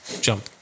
jump